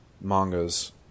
mangas